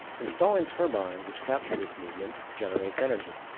installing turbines which capture this movement, generates energy.